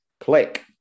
click